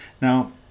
now